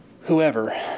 whoever